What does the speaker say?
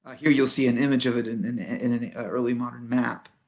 ah here you'll see an image of it in and in an early modern map.